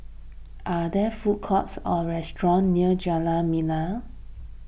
are there food courts or restaurants near Jalan Membina